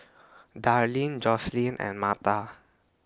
Darleen Joselin and Martha